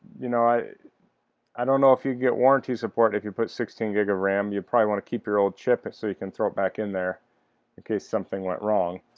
you know i i don't know if you get warranty support if you put sixteen gig of ram you'd probably want to keep your old chips so you can throw it back in there in case something went wrong